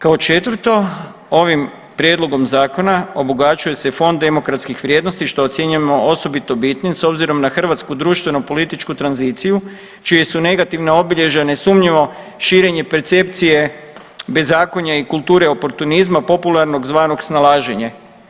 Kao četvrto ovim prijedlogom zakona obogaćuje se i fond demografskih vrijednosti, što ocjenjujemo osobito bitnim s obzirom na hrvatsku društveno političku tranziciju čija su negativna obilježja nesumnjivo širenje percepcije, bezakonja i kulture oportunizma popularnog zvanog snalaženje.